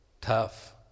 tough